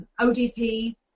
ODP